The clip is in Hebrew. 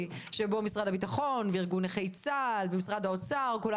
שבו משרד הביטחון וארגון נכי צה"ל ומשרד האוצר כולם